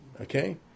Okay